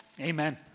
amen